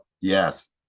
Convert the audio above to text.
yes